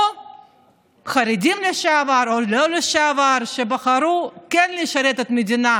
או חרדים לשעבר או לא לשעבר שבחרו כן לשרת את המדינה